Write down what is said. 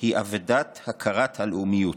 היא אבדת הכרת הלאומיות,